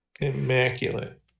immaculate